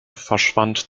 verschwand